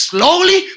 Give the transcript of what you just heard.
Slowly